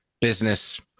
business